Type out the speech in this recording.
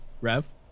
Rev